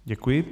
Děkuji.